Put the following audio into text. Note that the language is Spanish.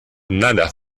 nada